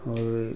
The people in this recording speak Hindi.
और ये